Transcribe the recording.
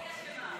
היא אשמה.